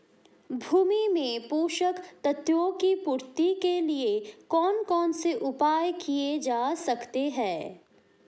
भूमि में पोषक तत्वों की पूर्ति के लिए कौन कौन से उपाय किए जा सकते हैं?